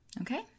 Okay